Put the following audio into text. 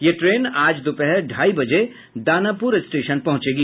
यह ट्रेन आज दोपहर ढाई बजे दानापुर स्टेशन पहुचेंगी